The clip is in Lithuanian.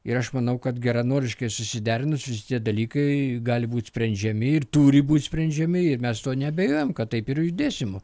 ir aš manau kad geranoriškai susiderinus visi tie dalykai gali būt sprendžiami ir turi būt sprendžiami ir mes to neabejojam kad taip ir judėsim